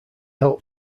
help